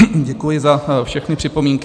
Děkuji za všechny připomínky.